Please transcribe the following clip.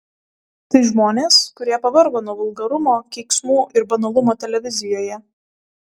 tai žmonės kurie pavargo nuo vulgarumo keiksmų ir banalumo televizijoje